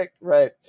Right